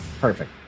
Perfect